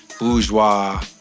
bourgeois